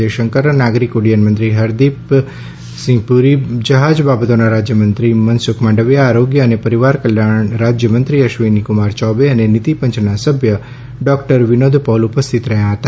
જયશંકર નાગરિક ઉડ્ડયન મંત્રી હરદીપ પુરી જહાજ બાબતોના રાજ્યમંત્રી મનસુખ માંડવીયા આરોગ્ય અને પરિવાર કલ્યાણ રાજ્યમંત્રી અશ્વિનીકુમાર ચૌબે અને નીતિ પંચના સભ્ય ડોક્ટર વિનોદ પૌલ ઉપસ્થિત રહ્યા હતા